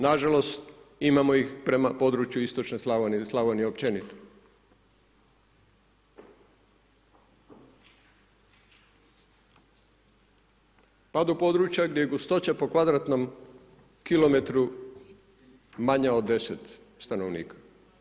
Na žalost imamo ih prema području Istočne Slavonije i Slavonije općenito, pa do područja gdje je gustoća po kvadratnom kilometru manja od 10 stanovnika.